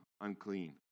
unclean